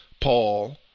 Paul